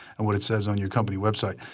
and what it says on your company website.